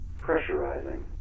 Pressurizing